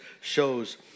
shows